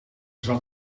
zat